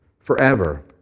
Forever